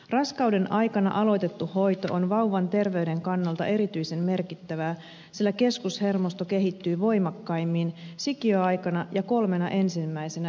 raskauden aikana aloitettu hoito on vauvan terveyden kannalta erityisen merkittävää sillä keskushermosto kehittyy voimakkaimmin sikiöaikana ja kolmena ensimmäisenä elinvuotena